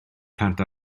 plant